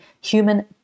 human